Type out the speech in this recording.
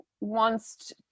wants